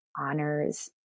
honors